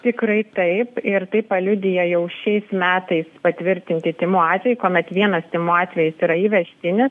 tikrai taip ir tai paliudija jau šiais metais patvirtinti tymų atvejai kuomet vienas tymų atvejis yra įvežtinis